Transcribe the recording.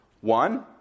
One